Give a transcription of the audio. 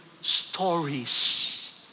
stories